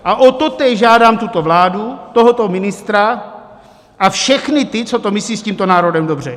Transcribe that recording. A o totéž žádám tuto vládu, tohoto ministra a všechny ty, co to myslí s tímto národem dobře.